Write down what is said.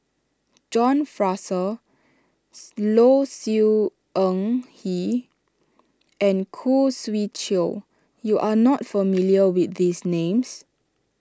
John Fraser Low Siew Nghee and Khoo Swee Chiow you are not familiar with these names